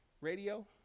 radio